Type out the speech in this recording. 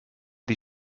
die